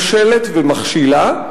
כושלת ומכשילה,